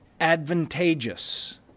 advantageous